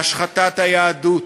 והשחתת היהדות,